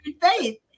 Faith